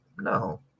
No